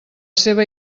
seva